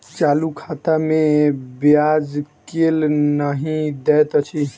चालू खाता मे ब्याज केल नहि दैत अछि